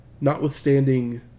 Notwithstanding